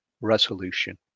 resolution